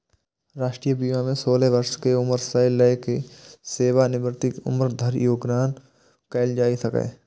राष्ट्रीय बीमा मे सोलह वर्ष के उम्र सं लए कए सेवानिवृत्तिक उम्र धरि योगदान कैल जा सकैए